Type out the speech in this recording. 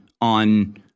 on